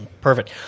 perfect